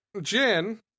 Jen